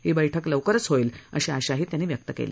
ही बैठक लवकरच होईल अशी आशाही त्यांनी व्यक्ती केली